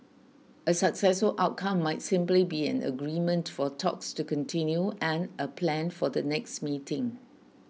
a successful outcome might simply be an agreement for talks to continue and a plan for the next meeting